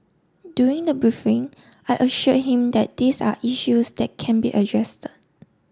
during the briefing I assured him that these are issues that can be